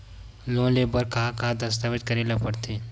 Loan ले बर का का दस्तावेज करेला पड़थे?